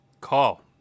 Call